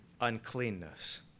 uncleanness